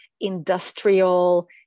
industrial